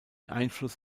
einfluss